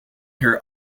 her